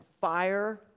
fire